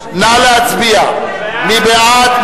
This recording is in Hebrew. נא להצביע מי בעד,